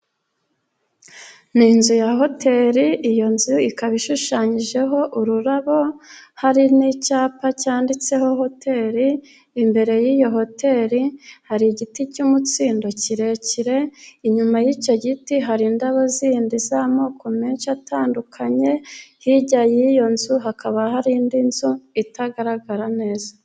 Ni inzu ya hoteli. Iyo nzu ikaba ishushanyijeho ururabo hari n'icyapa cyanditseho hoteli. Imbere y'iyo hoteli hari igiti cy'umutsindo kirekire, inyuma y'icyo giti hari indabo zindi z'amoko menshi atandukanye. Hirya y'iyo nzu hakaba hari indi nzu itagaragara neza.